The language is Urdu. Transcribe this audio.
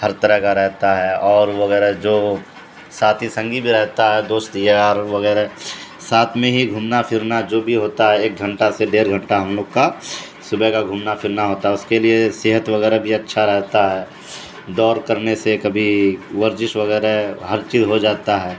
ہر طرح کا رہتا ہے اور وغیرہ جو ساتھی سنگھی بھی رہتا ہے دوست یار وغیرہ ساتھ میں ہی گھومنا پھرنا جو بھی ہوتا ہے ایک گھنٹہ سے ڈیڑھ گھنٹہ ہم لوگ کا صبح کا گھومنا پھرنا ہوتا ہے اس کے لیے صحت وغیرہ بھی اچھا رہتا ہے دور کرنے سے کبھی ورزش وغیرہ ہر چیز ہو جاتا ہے